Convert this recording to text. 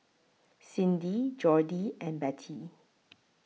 Cindy Jordy and Bette